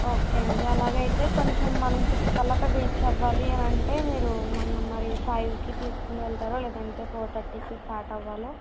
okay అండి అలాగైతే కొంచెం మనం సిక్స్ కాల్లా అక్కడికి రీచ్ అవ్వాలి అంటే మీరు మన్ని మరి ఫైవ్కి తీసుకుని వెళ్తారా లేదా అంటే మరి ఫోర్ థర్టీకి స్టార్ట్ అవ్వాలో